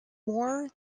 more